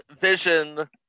Vision